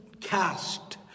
cast